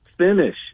finish